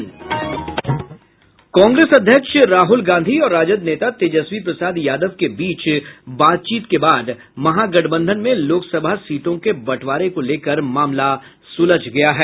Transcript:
कांग्रेस अध्यक्ष राहल गांधी और राजद नेता तेजस्वी प्रसाद यादव के बीच बातचीत के बाद महागठबंधन में लोकसभा सीटों के बंटवारे को लेकर मामला सूलझ गया है